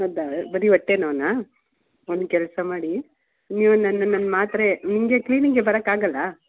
ಹೌದ ಬರೀ ಹೊಟ್ಟೆ ನೋವುನಾ ಒಂದು ಕೆಲಸ ಮಾಡಿ ನೀವು ನನ್ನ ನನ್ನ ಮಾತ್ರೆ ನಿಮಗೆ ಕ್ಲಿನಿಕಿಗೆ ಬರೋಕಾಗಲ್ಲ